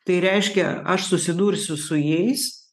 tai reiškia aš susidursiu su jais